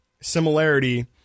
similarity